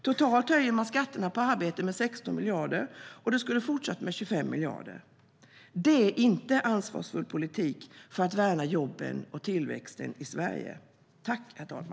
Totalt höjer man skatterna på arbete med 16 miljarder, och det skulle ha fortsatt med 25 miljarder året därefter. Det är inte en ansvarsfull politik för att värna jobben och tillväxten i Sverige.